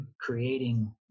creating